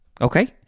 Okay